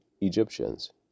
Egyptians